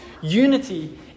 unity